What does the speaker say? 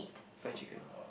fried chicken